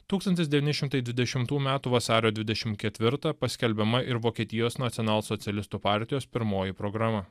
tūkstantis devyni šimtai dvidešimtųjų metų vasario dvidešimt ketvirtą paskelbiama ir vokietijos nacionalsocialistų partijos pirmoji programa